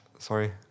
Sorry